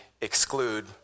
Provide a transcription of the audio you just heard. exclude